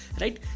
right